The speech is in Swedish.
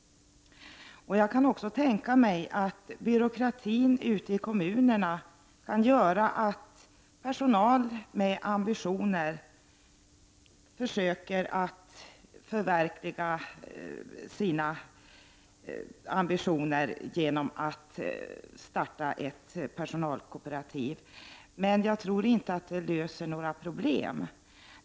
Jag kan också tänka mig att byråkratin ute i kommunerna gör att personal med ambitioner försöker att förverkliga dem genom att starta ett personalkooperativ. Men jag tror inte att det löser några problem.